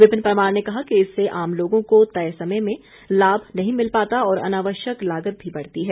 विपिन परमार ने कहा कि इससे आम लोगों को तय समय में लाम नहीं मिल पाता और अनावश्यक लागत भी बढ़ती है